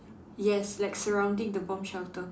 yes like surrounding the bomb shelter